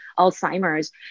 Alzheimer's